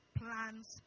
plans